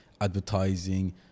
advertising